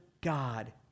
God